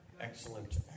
Excellent